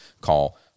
call